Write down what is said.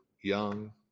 young